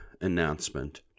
announcement